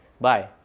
bye